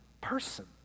person